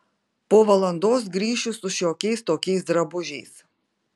po valandos grįšiu su šiokiais tokiais drabužiais